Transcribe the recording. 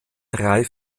drei